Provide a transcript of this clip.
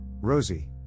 Rosie